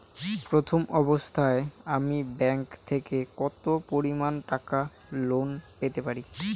প্রথম অবস্থায় আমি ব্যাংক থেকে কত পরিমান টাকা লোন পেতে পারি?